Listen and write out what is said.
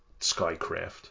skycraft